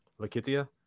Lakitia